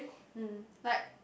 mm but